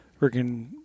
freaking